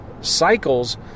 cycles